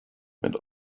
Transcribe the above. mit